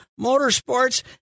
Motorsports